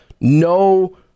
no